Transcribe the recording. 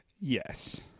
Yes